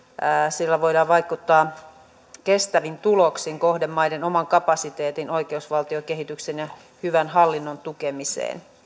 sillä voidaan vaikuttaa kestävin tuloksin kohdemaiden oman kapasiteetin oikeusvaltiokehityksen ja hyvän hallinnon tukemiseen